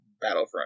Battlefront